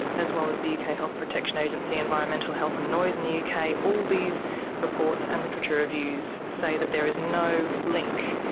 as well as the uk health protection agency environmental health and noise in the uk, all these reports and literature reviews say that there is no link.